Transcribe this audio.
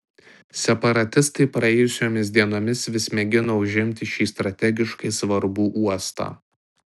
separatistai praėjusiomis dienomis vis mėgino užimti šį strategiškai svarbų uostą